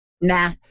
Nah